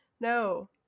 no